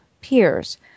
peers